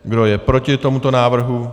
Kdo je proti tomuto návrhu?